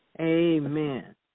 Amen